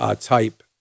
type